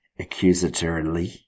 accusatorily